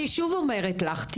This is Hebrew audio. אני שוב אומרת לך,